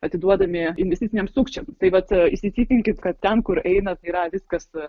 atiduodami investiciniams sukčiams tai vat įsitikinkit kad ten kur einat yra viskas